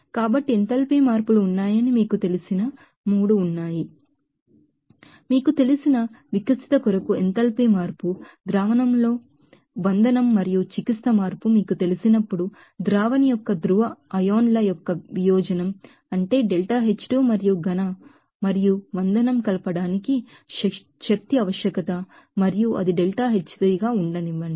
కాబట్టి ఎంథాల్పీ మార్పులు ఉన్నాయని మీకు తెలిసిన 3 ఉన్నాయి మీకు తెలిసిన థెరపీ చేంజ్ కు ఎంథాల్పీ మార్పు సొల్యూషన్లో సోల్యూట్ మరియు చికిత్స మార్పు మీకు తెలిసినప్పుడు సొల్యూషన్ యొక్క పోలార్ ఐన్ ల యొక్క డిసస్సోసియేషన్ వియోజనం అంటే Δహెచ్2 మరియు సాలిడ్ మరియు సోల్యూట్ కలపడానికి ಎನರ್ಜಿ రిక్విర్మెంట్ శక్తి ఆవశ్యకత మరియు అది Δహెచ్3గా ఉండనివ్వండి